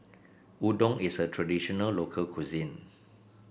udon is a traditional local cuisine